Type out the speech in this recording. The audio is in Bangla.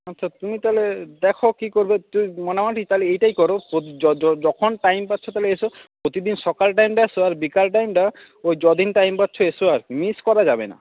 আচ্ছা তুমি তাহলে দেখো কি করবে মনে হয় কি তাহলে এটাই করো যখন টাইম পাচ্ছ তাহলে এসো প্রতিদিন সকালের টাইমটায় এসো আর বিকালের টাইমটা যদিন টাইম পাচ্ছ এসো আর কি মিস করা যাবে না